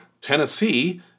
tennessee